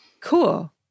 Cool